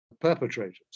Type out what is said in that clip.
perpetrators